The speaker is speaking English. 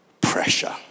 pressure